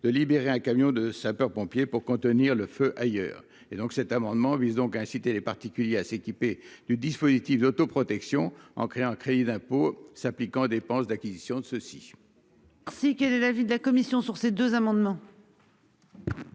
de libérer un camion de sapeurs-pompiers pour contenir le feu ailleurs et donc cet amendement vise donc à inciter les particuliers à s'équiper de dispositifs d'autoprotection en créant un crédit d'impôt s'appliquant aux dépenses d'acquisition de ceux-ci. Six, quel est l'avis de la commission sur ces deux amendements.